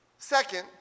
Second